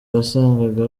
wasangaga